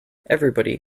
everybody